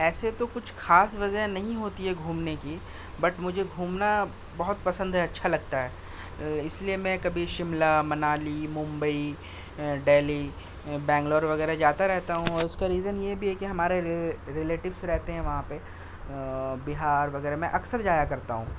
ایسے تو کچھ خاص وجہ نہیں ہوتی ہے گھومنے کی بٹ مجھے گھومنا بہت پسند ہے اچھا لگتا ہے اس لئے میں کبھی شملہ منالی ممبئی ڈیلی بنگلور وغیرہ جاتا رہتا ہوں اور اس کا ریزن یہ بھی ہے کہ ہمارے ری ریلیٹوس رہتے ہیں وہاں پہ بہار وغیرہ میں اکثر جایا کرتا ہوں